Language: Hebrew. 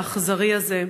האכזרי הזה.